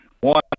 One